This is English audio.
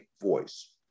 voice